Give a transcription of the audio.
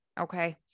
Okay